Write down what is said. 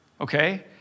okay